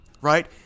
right